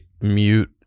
mute